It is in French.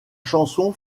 chanson